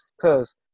Cause